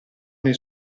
nei